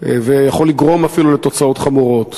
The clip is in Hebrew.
ויכול לגרום אפילו לתוצאות חמורות.